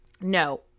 no